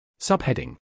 Subheading